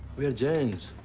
we are jains.